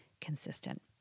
consistent